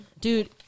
dude